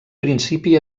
principi